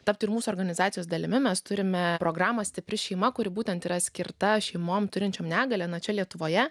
tad ir mūsų organizacijos dalimi mes turime programą stipri šeima kuri būtent yra skirta šeimoms turinčiam negalią nuo čia lietuvoje